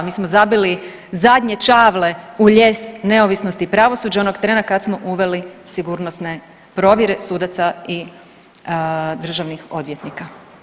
Mi smo zabili zadnje čavle u lijes neovisnosti pravosuđa onog trena kad smo uveli sigurnosne provjere sudaca i državnih odvjetnika.